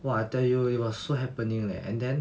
!wah! I tell you it was so happening leh and then